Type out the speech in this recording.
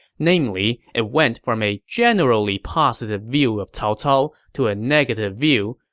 namely, it went from a generally positive view of cao cao to a negative view,